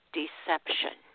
deception